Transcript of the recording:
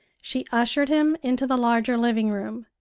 she ushered him into the larger living-room,